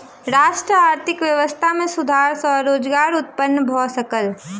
राष्ट्रक आर्थिक व्यवस्था में सुधार सॅ रोजगार उत्पन्न भ सकल